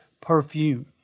perfume